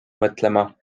mõtlema